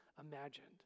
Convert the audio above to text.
imagined